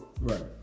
Right